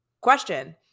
Question